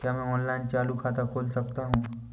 क्या मैं ऑनलाइन चालू खाता खोल सकता हूँ?